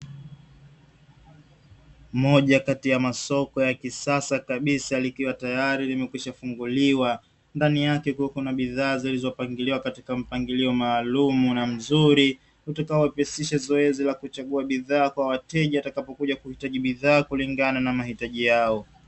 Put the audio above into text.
Moja kati ya masoko ya kisasa kabisa likiwa tayari limekwisha funguliwa, ndani yake kukiwa na bidhaa zilizo pangiliwa katika mpangilio maalumu na mzuri; utakao wepesisha zoezi la kuchagua bidhaa kwa wateja watakapo kuja kuhitaji bidhaa kulingana na mahitaji yao.